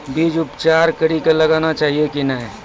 बीज उपचार कड़ी कऽ लगाना चाहिए कि नैय?